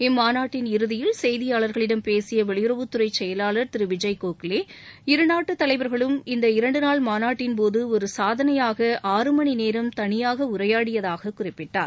இம்மாநாட்டின் இறுதியில் செய்தியாளர்களிடம் பேசிய வெளியுறவுத் துறை செயலாளர் திரு விஜய் கோகலே இருநாட்டுத் தலைவர்களும் இந்த இரண்டு நாள் மாநாட்டின் போது ஒரு சாதனையாக ஆறு மணிநேரம் தனியாக உரையாடியதாகக் குறிப்பிட்டார்